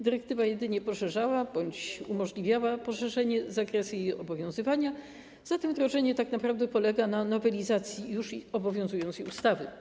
Dyrektywa jedynie poszerzała bądź umożliwiała poszerzenie zakresu jej obowiązywania, zatem wdrożenie tak naprawdę polega na nowelizacji już obowiązującej ustawy.